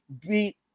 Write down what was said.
beat